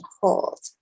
hold